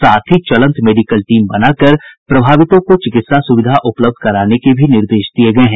साथ ही चलंत मेडिकल टीम बनाकर प्रभावितों को चिकित्सा सुविधा उपलब्ध कराने के भी निर्देश दिये गये हैं